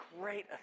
great